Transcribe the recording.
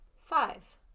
Five